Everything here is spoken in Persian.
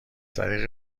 طریق